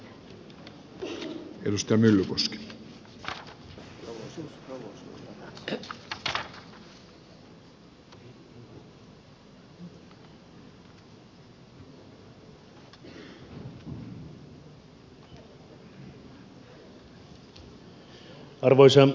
arvoisa herra puhemies